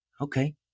okay